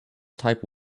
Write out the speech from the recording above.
type